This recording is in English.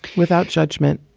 without judgment